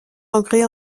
andré